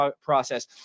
process